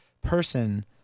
person